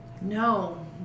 No